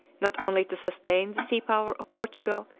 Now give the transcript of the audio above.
not only to sustain the sea-power of portugal,